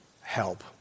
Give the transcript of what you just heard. help